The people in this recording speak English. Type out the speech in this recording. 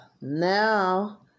now